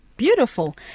beautiful